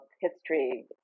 history